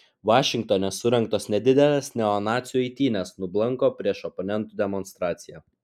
vašingtone surengtos nedidelės neonacių eitynės nublanko prieš oponentų demonstraciją